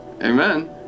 Amen